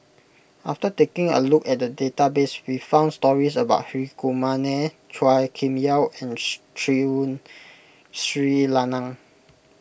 after taking a look at the database we found stories about Hri Kumar Nair Chua Kim Yeow and Tun Sri Lanang